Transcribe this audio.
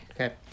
Okay